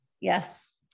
Yes